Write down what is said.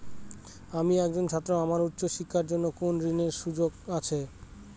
আমি একজন ছাত্র আমার উচ্চ শিক্ষার জন্য কোন ঋণের সুযোগ আছে?